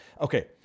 okay